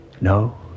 No